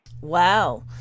Wow